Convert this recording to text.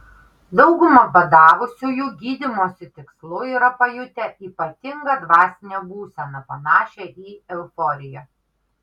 dauguma badavusiųjų gydymosi tikslu yra pajutę ypatingą dvasinę būseną panašią į euforiją